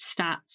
stats